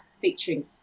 featuring